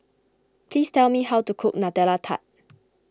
please tell me how to cook Nutella Tart